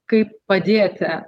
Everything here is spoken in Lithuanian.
kaip padėti